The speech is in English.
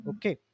Okay